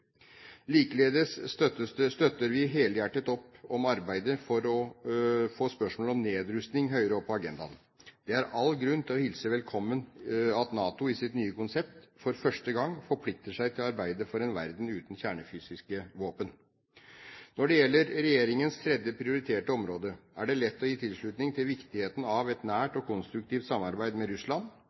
Likeledes støtter vi helhjertet opp om arbeidet for å få spørsmål om nedrustning høyere opp på agendaen. Det er all grunn til å hilse velkommen at NATO i sitt nye konsept for første gang forplikter seg til å arbeide for en verden uten kjernefysiske våpen. Når det gjelder regjeringens tredje prioriterte område, er det lett å gi tilslutning til viktigheten av et nært og konstruktivt samarbeid med Russland.